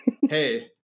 hey